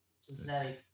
Cincinnati